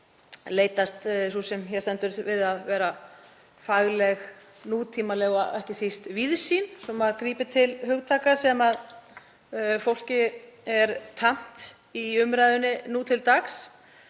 leitast sú sem hér stendur við að vera fagleg, nútímaleg og ekki síst víðsýn, svo maður grípi til hugtaka sem fólki er tamt í umræðunni nú til dags.